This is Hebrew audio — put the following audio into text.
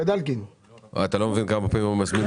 מה קורה במצב